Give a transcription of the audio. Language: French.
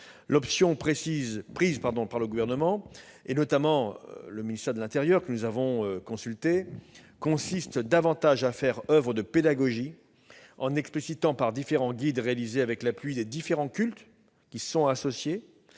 L'option prise par le Gouvernement, notamment par le ministère de l'intérieur, que nous avons consulté, consiste davantage à faire oeuvre de pédagogie, en explicitant dans des guides réalisés avec l'appui des différents cultes, qui se sont associés,